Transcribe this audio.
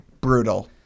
Brutal